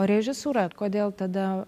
o režisūra kodėl tada